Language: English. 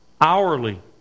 hourly